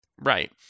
Right